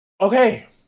Okay